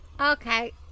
Okay